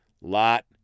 Lot